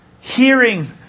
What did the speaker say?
hearing